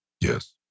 Yes